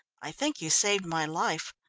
i think you saved my life.